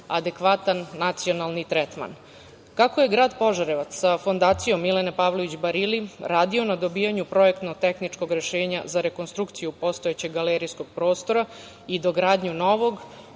adekvatan nacionalni tretman. Kako je grad Požarevac sa Fondacijom Milene Pavlović Barili radio na dobijanju projektno-tehničkog rešenja za rekonstrukciju postojećeg galerijskog prostora i dogradnju novog,